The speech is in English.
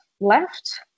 left